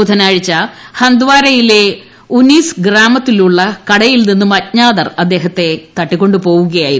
ബുധനാഴ്ച ഹന്ദുവാരയിലെ ഉനീസു ഗ്രാമത്തിലുള്ള കടയിൽ നിന്നും അജ്ഞാതർ ഇദ്ദേഹത്തെ തട്ടിക്കൊണ്ടുപോകുകയായിരുന്നു